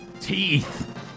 Teeth